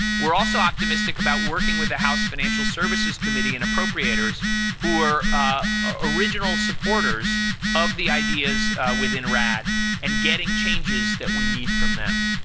we're also optimistic about working with the house financial services committee eighteen and appropriators who are ah original supporters of the ideas within rad and getting changes that we need from them.